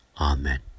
Amen